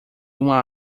uma